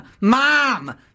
Mom